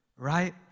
right